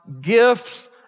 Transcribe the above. gifts